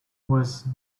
was